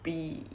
b~